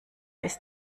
ist